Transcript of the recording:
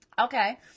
Okay